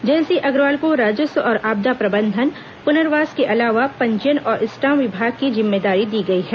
जयसिंह अग्रवाल को राजस्व और आपदा प्रबंधन पुनर्वास के अलावा पंजीयन और स्टाम्प विभाग की जिम्मेदारी दी गई है